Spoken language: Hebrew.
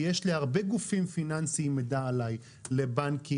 כי יש להרבה גופים פיננסיים מידע עליי, לבנקים.